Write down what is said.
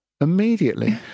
immediately